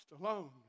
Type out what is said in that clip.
alone